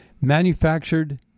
manufactured